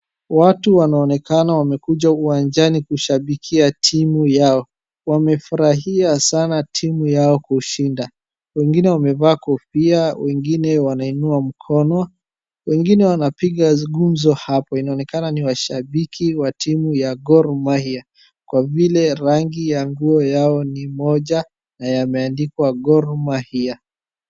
Watu wanaonekana wamekuja uwanjani kushabikia timu yao. Wamefurahia sana timu yao kushinda. Wengine wamevaa kofia, wengine wanainua mkono, wengine wanapiga gumzo hapo. Inaonekana ni washabiki wa timu ya Gor Mahia kwa vile rangi ya nguo yao ni moja na yameandikwa Gor Mahia.